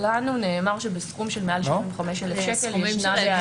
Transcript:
לנו נאמר שבסכום מעל 75,000 שקל יש בעיה.